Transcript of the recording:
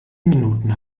minuten